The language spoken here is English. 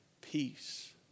peace